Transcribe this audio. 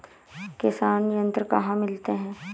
किसान यंत्र कहाँ मिलते हैं?